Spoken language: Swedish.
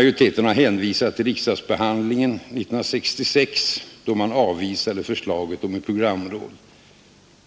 Utskottet refererar till riksdagsbehandlingen 1966, då man avvisade förslaget om ett programråd